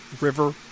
River